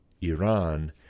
Iran